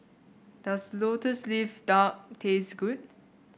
does lotus leaf duck taste good